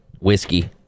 whiskey